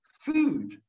food